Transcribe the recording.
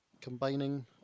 combining